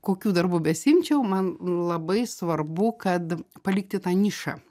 kokių darbų besiimčiau man labai svarbu kad palikti tą nišą